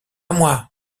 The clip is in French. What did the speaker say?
moi